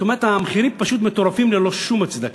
זאת אומרת, המחירים פשוט מטורפים ללא הצדקה.